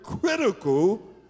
critical